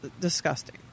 disgusting